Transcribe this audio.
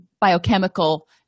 biochemical